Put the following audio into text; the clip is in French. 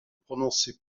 prononçait